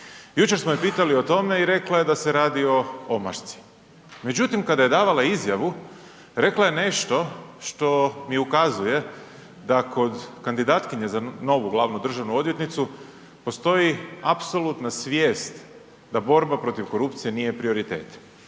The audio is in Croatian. Jučer smo je pitali o tome i rekla je da se radi o omašci. Međutim, kada je davala izjavu, rekla je nešto što mi ukazuje da kod kandidatkinje za novu glavnu državnu odvjetnicu postoji apsolutna svijest da borba protiv korupcije nije prioritet.